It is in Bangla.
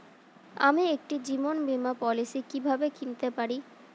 আমি একটি জীবন বীমা পলিসি কিভাবে কিনতে পারি?